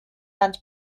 and